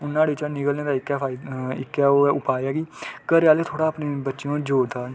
हून नाह्ड़े चा निकलने दा इक्कै फायदा इक्कै ओह् ऐ उपाय ऐ की घरैआह्ले थोड़ां अपने बच्चें पर थोड़ा जोर देन